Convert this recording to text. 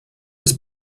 des